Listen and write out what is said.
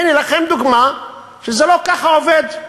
הנה לכם דוגמה שזה לא עובד ככה.